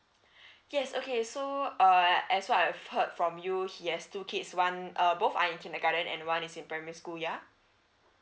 yes okay so uh as what I've heard from you he has two kids one uh both are in kindergarten and one is in primary school yeah